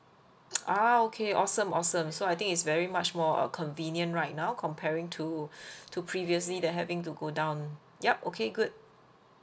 ah okay awesome awesome so I think it's very much more uh convenient right now comparing to to previously they having to go down yup okay good